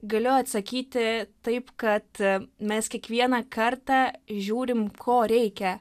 galiu atsakyti taip kad mes kiekvieną kartą žiūrim ko reikia